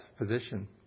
position